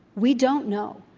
we don't know,